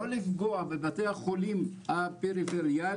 לא לפגוע בבתי החולים הפריפריאליים.